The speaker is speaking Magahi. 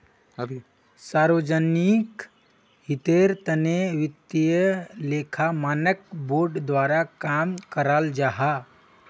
सार्वजनिक हीतेर तने वित्तिय लेखा मानक बोर्ड द्वारा काम कराल जाहा